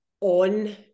on